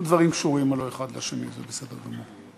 הלוא הדברים קשורים האחד בשני, וזה בסדר גמור.